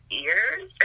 ears